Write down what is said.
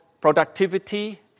productivity